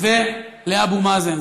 ולאבו מאזן,